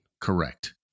Correct